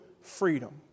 freedom